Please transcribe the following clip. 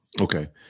okay